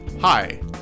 Hi